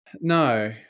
no